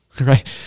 right